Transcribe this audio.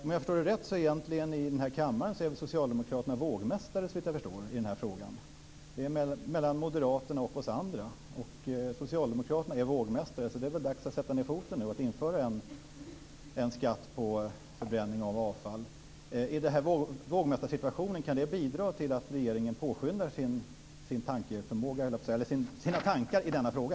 Om jag förstår Kjell Larsson rätt är Socialdemokraterna vågmästare i den här kammaren när det gäller denna fråga. Det står mellan Moderaterna och oss andra. Det är dags nu att sätta ned foten och införa en skatt på förbränning av avfall. Kan denna vågmästarsituation bidra till att regeringen påskyndar sitt tänkande i denna fråga?